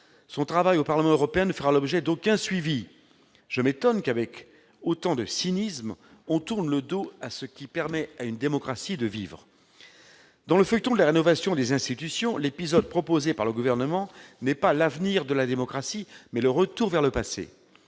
Son travail au Parlement européen ne fera l'objet d'aucun suivi. Je m'étonne que l'on tourne le dos, avec autant de cynisme, à ce qui permet à une démocratie de vivre. Dans le feuilleton de la rénovation des institutions, l'épisode proposé par le Gouvernement n'est pas l'avenir de la démocratie, mais le retour vers le passé.